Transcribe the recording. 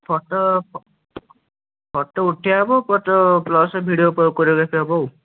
photo photo ଉଠାଇବା ହେବ photo plus video କୋ କୋରିଓଗ୍ରାଫି ହେବ ଆଉ